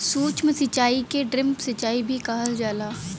सूक्ष्म सिचाई के ड्रिप सिचाई भी कहल जाला